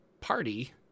party